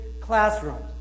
classrooms